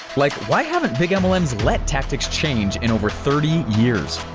like why haven't big and mlms let tactics change in over thirty years?